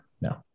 No